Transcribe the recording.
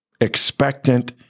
expectant